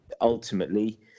ultimately